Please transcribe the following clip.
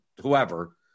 whoever